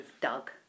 Doug